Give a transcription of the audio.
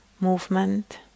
movement